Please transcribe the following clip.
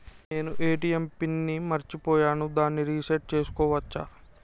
నేను ATM pin ని మరచిపోయాను దాన్ని రీ సెట్ చేసుకోవచ్చా?